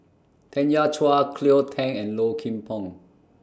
Tanya Chua Cleo Thang and Low Kim Pong